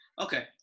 Okay